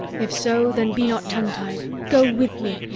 if so, then be not tongue-tied go with me,